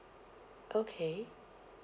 okay